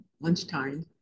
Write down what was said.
lunchtime